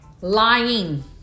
Lying